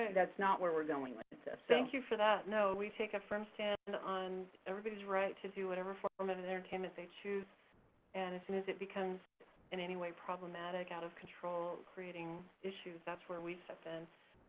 and that's not where we're going with this. ah thank you for that. no, we take a firm stand on everybody's right to do whatever form of entertainment they choose and as soon as it becomes in any way problematic, out of control creating issues, that's where we step in.